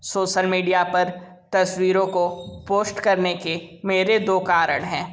social media पर तस्वीरों को पोष्ट करने के मेरे दो कारण हैं